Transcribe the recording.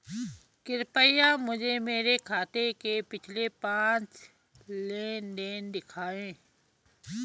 कृपया मुझे मेरे खाते के पिछले पांच लेन देन दिखाएं